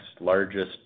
largest